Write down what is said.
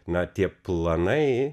na tie planai